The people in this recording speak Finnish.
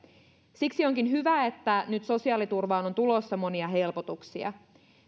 siksi onkin hyvä että nyt sosiaaliturvaan on tulossa monia helpotuksia